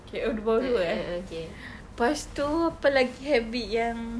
okay oh baru dua eh lepas itu apa lagi habit yang